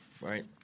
right